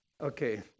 okay